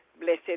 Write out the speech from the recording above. blessed